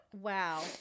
Wow